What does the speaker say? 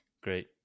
great